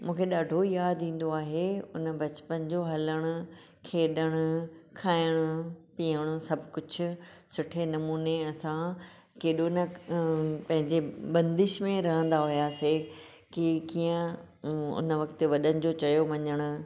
मूंखे ॾाढो यादि ईंदो आहे हुन बचपन जो हलणु खेॾणु खाइणु पीअणु सभु कुझु सुठे नमूने असां केॾो न पंहिंजे बंदिश में रहंदा हुआसीं कि कीअं हुन वक़्ति वॾनि जो चयो मञण